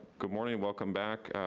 good morning, welcome back,